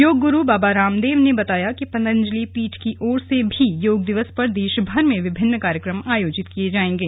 योगग्रू बाबा रामदेव ने बताया कि पंतजलि पीठ की ओर से भी योग दिवस पर देशभर में विभिन्न कार्यक्रम आयोजित किए जाएगे